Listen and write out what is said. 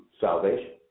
salvation